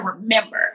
remember